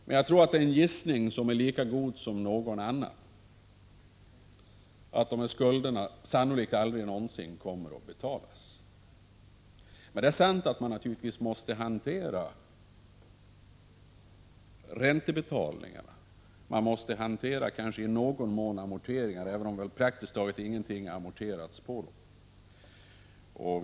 Men jag tror att det är en gissning så god som någon annan att dessa skulder aldrig någonsin kommer att betalas. Men man måste naturligtvis hantera räntebetalningarna och kanske i någon mån amorteringarna, även om praktiskt taget ingenting hittills amorterats.